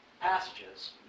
passages